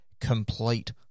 complete